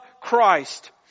Christ